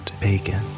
bacon